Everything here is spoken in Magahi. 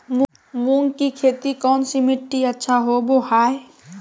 मूंग की खेती कौन सी मिट्टी अच्छा होबो हाय?